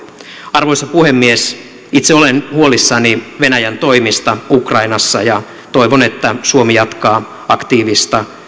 arvoisa puhemies itse olen huolissani venäjän toimista ukrainassa ja toivon että suomi jatkaa aktiivista